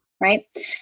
right